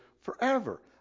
forever